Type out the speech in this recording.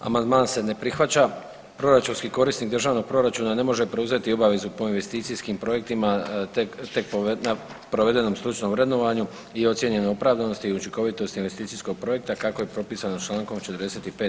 Amandman se ne prihvaća, proračunski korisnik državnog proračuna ne može preuzeti obavezu po investicijskim projektima tek na provedenom stručnom vrednovanju i ocijenjenoj opravdanosti i učinkovitosti investicijskog projekta kako je propisano čl. 45.